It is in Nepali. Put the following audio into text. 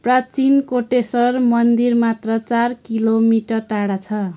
प्राचीन कोटेश्वर मन्दिर मात्र चार किलोमिटर टाढा छ